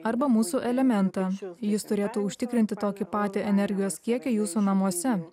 arba mūsų elementą jis turėtų užtikrinti tokį patį energijos kiekį jūsų namuose